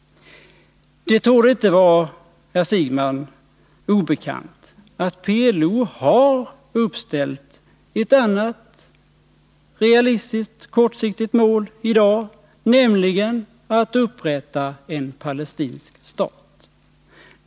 Det torde inte vara herr Siegbahn obekant att PLO har uppställt ett annat realistiskt kortsiktigt mål i dag, nämligen att upprätta en palestinsk stat.